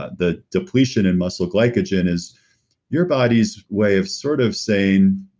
the depletion in muscle glycogen is your body's way of sort of saying,